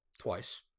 twice